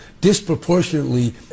disproportionately